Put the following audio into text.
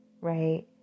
right